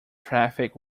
traffic